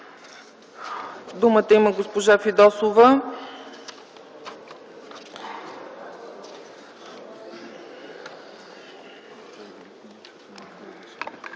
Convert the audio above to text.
Думата има госпожа Фидосова.